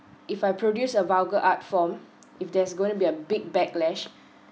if I produced a vulgar art form if there's going be a big backlash